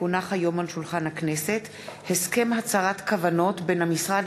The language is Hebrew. כי הונח היום על שולחן הכנסת הסכם הצהרת כוונות בין המשרד